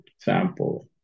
example